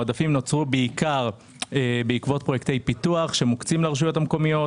העודפים נוצרו בעיקר בעקבות פרויקטי פיתוח שמוקצים לרשויות מקומיות.